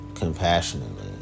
compassionately